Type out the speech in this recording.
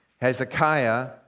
Hezekiah